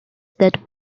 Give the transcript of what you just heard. that